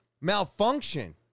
malfunction